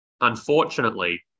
unfortunately